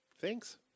Thanks